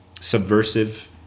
subversive